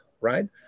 right